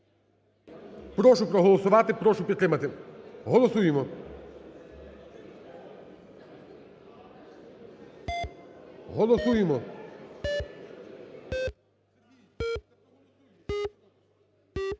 Прошу проголосувати, прошу підтримати. Голосуємо. Голосуємо.